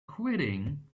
quitting